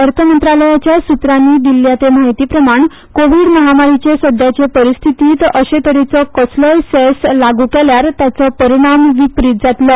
अर्थमंत्रालयाच्या सूत्रानी दिल्या ते म्हायतीप्रमाण कोविड महामारीचे सध्याचे परिस्थितीत अशे तरेचो कसलोय सॅस लागू केल्यार ताचो परीणाम विपरीत जातलो